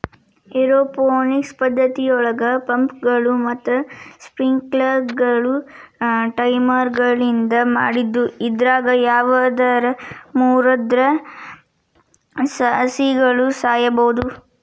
aeroponics ಪದ್ದತಿಯೊಳಗ ಪಂಪ್ಗಳು ಮತ್ತ ಸ್ಪ್ರಿಂಕ್ಲರ್ಗಳು ಟೈಮರ್ಗಳಿಂದ ಮಾಡಿದ್ದು ಇದ್ರಾಗ ಯಾವದರ ಮುರದ್ರ ಸಸಿಗಳು ಸಾಯಬೋದು